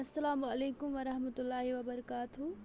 اسلامُ علیکُم ورحمتہ اللہ وبرکاتہ